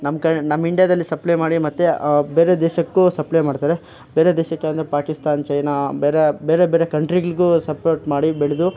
ನಮ್ಮ ಕ ನಮ್ಮ ಇಂಡಿಯಾದಲ್ಲಿ ಸಪ್ಲೈ ಮಾಡಿ ಮತ್ತು ಬೇರೆ ದೇಶಕ್ಕೂ ಸಪ್ಲೈ ಮಾಡ್ತಾರೆ ಬೇರೆ ದೇಶಕ್ಕೆ ಅಂದರೆ ಪಾಕಿಸ್ತಾನ್ ಚೈನಾ ಬೇರೆ ಬೇರೆ ಬೇರೆ ಕಂಟ್ರಿಗಳಿಗೂ ಸಪೋರ್ಟ್ ಮಾಡಿ ಬೆಳೆದು